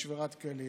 זה שבירת כלים.